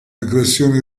aggressioni